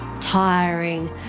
tiring